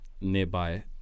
nearby